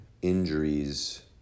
Injuries